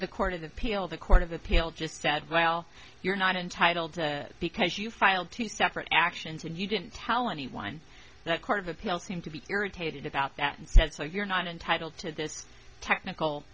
the court of appeal the court of appeal just said well you're not entitled to because you filed two separate actions and you didn't tell anyone that court of appeal seemed to be irritated about that and said so you're not entitled to this technical